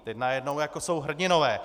Teď najednou jsou hrdinové.